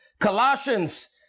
Colossians